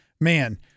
man